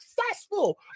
successful